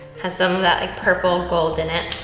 has some of that, like purple-gold in it.